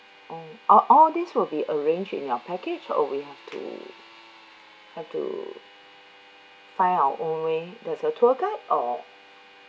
mm all all these will be arrange in your package or we have to have to find our own way there's tour guide or